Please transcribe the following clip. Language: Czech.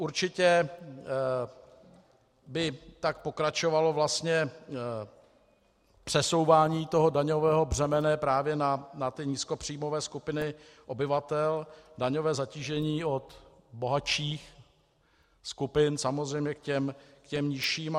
Určitě by tak pokračovalo vlastně přesouvání daňového břemene právě na nízkopříjmové skupiny obyvatel, daňové zatížení, od bohatších skupin samozřejmě k těm nižším.